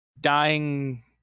Dying